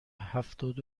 هفتاد